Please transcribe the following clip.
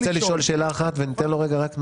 הוא רוצה לשאול שאלה אחת וניתן לו רגע רק,